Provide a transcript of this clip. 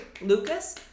Lucas